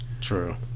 true